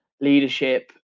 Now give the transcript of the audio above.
leadership